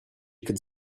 could